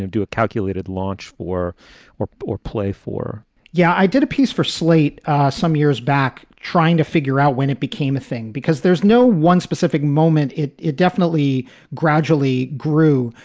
do a calculated launch for or or play for yeah, i did a piece for slate some years back trying to figure out when it became a thing, because there's no one specific moment. it it definitely gradually grew.